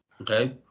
Okay